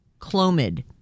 Clomid